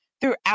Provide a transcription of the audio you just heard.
throughout